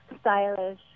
stylish